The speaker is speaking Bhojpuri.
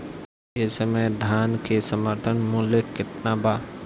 एह समय धान क समर्थन मूल्य केतना बा?